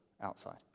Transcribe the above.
outside